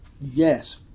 Yes